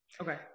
Okay